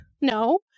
No